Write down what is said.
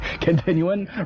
Continuing